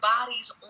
bodies